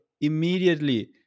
immediately